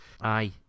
Aye